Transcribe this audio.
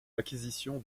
l’acquisition